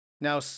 Now